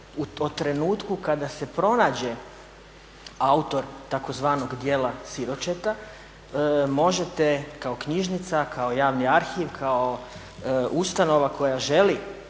o trenutku kada se pronađe autor tzv. djela siročeta možete kao knjižnica, kao javni arhiv, kao ustanova koja želi